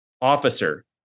officer